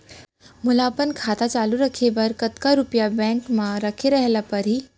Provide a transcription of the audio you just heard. मोला अपन खाता चालू रखे बर कतका रुपिया बैंक म रखे ला परही?